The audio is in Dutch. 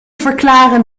verklaren